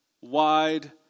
wide